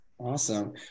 Awesome